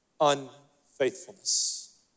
unfaithfulness